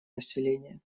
населения